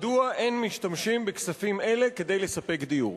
מדוע אין משתמשים בכספים אלה כדי לספק דיור?